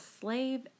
slave